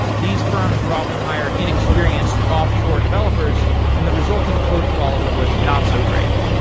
these firms would often hire inexperienced offshore developers and the resulting code quality was not so great.